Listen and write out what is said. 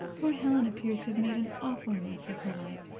poor helen appears to have made an awful mess of her life.